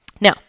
Now